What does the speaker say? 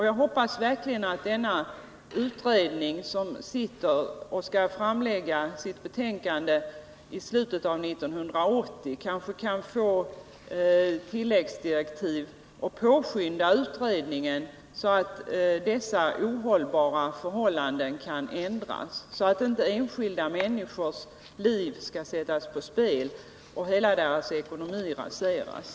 Jag hoppas verkligen att den utredning som nu arbetar och som skall framlägga sitt betänkande i slutet av 1980 kan få tilläggsdirektiv och påskynda utredningen, så att dessa ohållbara förhållanden kan ändras för att inte enskilda människors liv skall sättas på spel och hela deras ekonomi raseras.